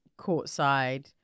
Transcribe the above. courtside